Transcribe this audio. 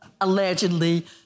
allegedly